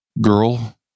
girl